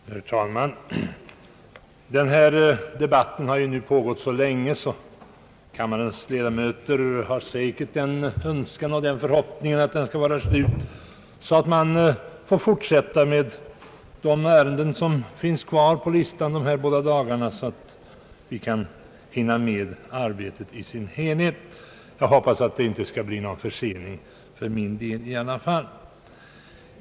Herr talman! Denna debatt har pågått så länge att kammarens ledamöter säkert önskar och hoppas att den snart skall ta slut, så att man kan fortsätta med de återstående ärendena på föredragningslistan, så att vi hinner med arbetet de två återstående dagarna. Jag hoppas att det i alla fall inte skall bli någon försening genom mitt förvållande.